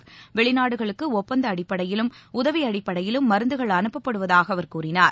பல்வேறு நாடுகளுக்கு ஒப்பந்த அடிப்படையிலும் உதவி அடிப்படையிலும் மருந்துகள் அனுப்பப்படுவதாக அவர் கூறினார்